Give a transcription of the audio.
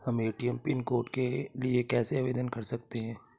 हम ATM pin code के लिए कैसे आवेदन कर सकते हैं?